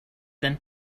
than